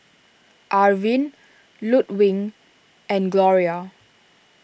Arvin Ludwig and Gloria